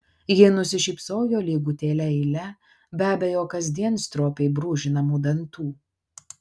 ji nusišypsojo lygutėle eile be abejo kasdien stropiai brūžinamų dantų